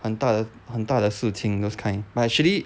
很大的很大的事情 those kind but actually